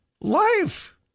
life